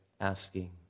asking